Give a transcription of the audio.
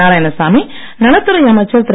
நாராயணசாமி நலத்துறை அமைச்சர் திரு